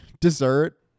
dessert